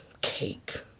cake